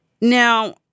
Now